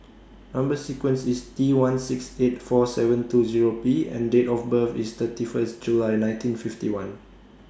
Number sequence IS T one six eight four seven two Zero P and Date of birth IS thirty First of July nineteen fifty one